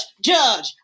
judge